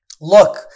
look